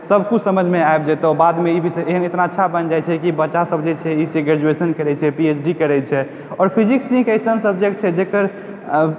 सब किछु समझमे आबि जेतौ बादमे ई विषय एहन इतना अच्छा बनि जाइ छै की बच्चा सब जे छै एहिसँ ग्रैजूएशन करय छै पी एच डी करै छै आओर फिजिक्स ही एक एहन सबजेक्ट छै जकर